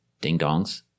ding-dongs